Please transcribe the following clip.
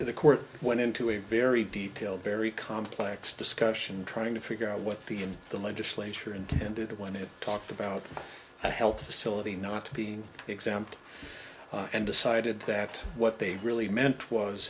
the court went into a very detailed very complex discussion trying to figure out what the in the legislature intended when it talked about a health facility not to being examined and decided that what they really meant was